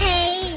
Hey